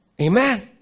Amen